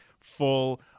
full